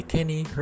Kenny